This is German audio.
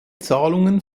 zahlungen